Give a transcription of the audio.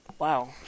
wow